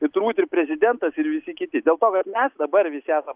tai turbūt ir prezidentas ir visi kiti dėl to kad mes dabar visi esam